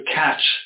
catch